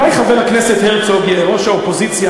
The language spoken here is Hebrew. אולי חבר הכנסת הרצוג יהיה ראש האופוזיציה,